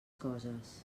coses